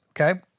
okay